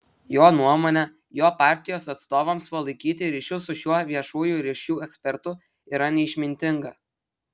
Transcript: jo nuomone jo partijos atstovams palaikyti ryšius su šiuo viešųjų ryšių ekspertu yra neišmintinga